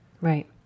right